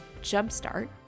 jumpstart